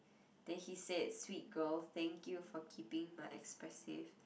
then he said sweet girl thank you for keeping my expressive